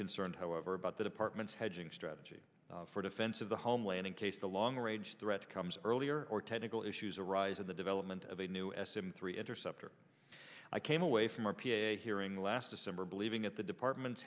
concerned however about the department's hedging strategy for defense of the homeland in case the long range threat comes earlier or technical issues arise in the development of a new s m three interceptor i came away from r p a hearing last december believing at the department